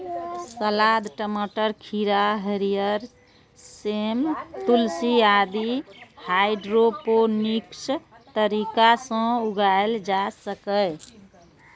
सलाद, टमाटर, खीरा, हरियर सेम, तुलसी आदि हाइड्रोपोनिक्स तरीका सं उगाएल जा सकैए